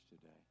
today